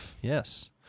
Yes